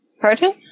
Pardon